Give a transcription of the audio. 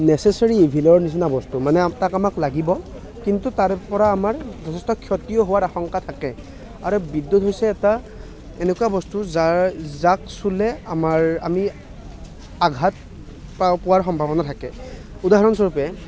necessary ইভিলৰ নিচিনা বস্তু মানে তাক আমাক লাগিব কিন্তু তাৰপৰা আমাৰ যথেষ্ট ক্ষতিও হোৱাৰ আশংকা থাকে আৰু বিদ্যুত হৈছে এটা এনেকুৱা বস্তু যাৰ যাক চুলে আমাৰ আমি আঘাত পোৱাৰ সম্ভাৱনা থাকে উদাহৰণ স্বৰূপে